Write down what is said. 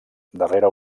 darrere